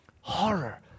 horror